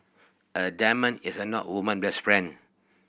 a diamond is a not woman best friend